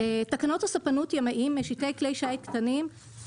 תקנות הספנות (ימאים) (משיטי כלי שיט קטנים),